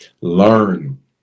Learn